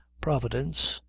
providence,